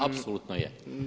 Apsolutno je.